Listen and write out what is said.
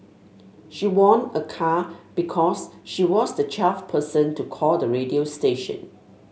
she won a car because she was the twelfth person to call the radio station